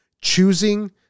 choosing